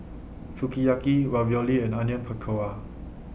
Sukiyaki Ravioli and Onion Pakora